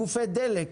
גופי דלק,